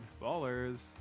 Ballers